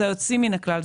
זה היוצאים מן הכלל,